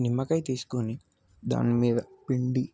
నిమ్మకాయ తీసుకొని దానిమీద పిండి